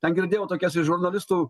ten girdėjau tokias iš žurnalistų